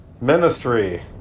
Ministry